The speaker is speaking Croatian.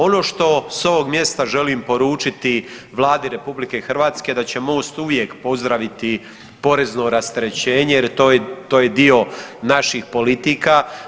Ono što s ovog mjesta želim poručiti Vladi RH da će MOST uvijek pozdraviti porezno rasterećenje jer to je dio naših politika.